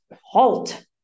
halt